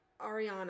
ariana